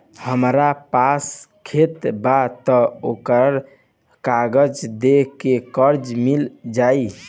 हमरा पास खेत बा त ओकर कागज दे के कर्जा मिल जाई?